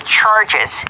charges